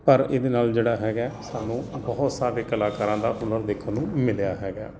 ਪਰ ਇਹਦੇ ਨਾਲ ਜਿਹੜਾ ਹੈਗਾ ਸਾਨੂੰ ਬਹੁਤ ਸਾਰੇ ਕਲਾਕਾਰਾਂ ਦਾ ਹੁਨਰ ਦੇਖਣ ਨੂੰ ਮਿਲਿਆ ਹੈਗਾ